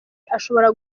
ashobora